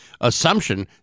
assumption